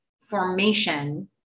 formation